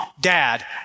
Dad